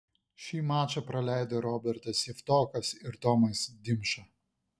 šį mačą praleido robertas javtokas ir tomas dimša